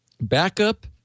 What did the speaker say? backup